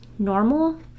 normal